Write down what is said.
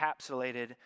encapsulated